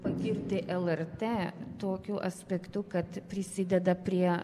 pagirti lrt tokiu aspektu kad prisideda prie